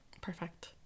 perfect